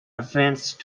advanced